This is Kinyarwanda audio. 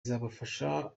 izabafasha